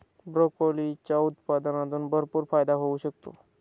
ब्रोकोलीच्या उत्पादनातून भरपूर फायदा होऊ शकतो